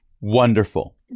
Wonderful